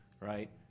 right